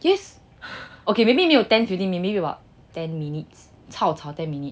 yes okay maybe 没有 ten fifteen maybe about ten minutes cao cao ten minute